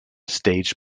staged